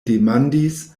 demandis